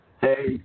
Hey